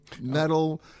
metal